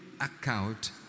account